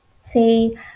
say